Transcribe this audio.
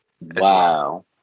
Wow